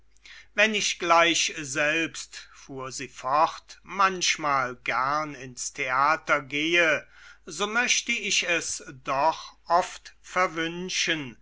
wenn ich gleich selbst fuhr sie fort manchmal gern ins theater gehe so möchte ich es doch oft verwünschen